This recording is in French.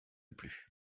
plus